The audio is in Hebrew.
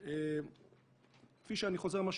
אני יכול בהחלט לקבוע שיש לנו משטרה טובה.